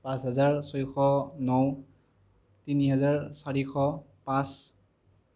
পাঁচ হেজাৰ ছশ ন তিনি হেজাৰ চাৰিশ পাঁচ